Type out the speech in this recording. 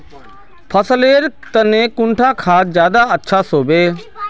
फसल लेर तने कुंडा खाद ज्यादा अच्छा सोबे?